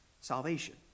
salvation